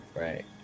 Right